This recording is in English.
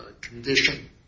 condition